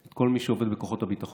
את כל מי שעובד בכוחות הביטחון,